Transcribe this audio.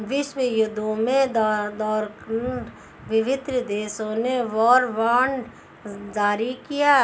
विश्वयुद्धों के दौरान विभिन्न देशों ने वॉर बॉन्ड जारी किया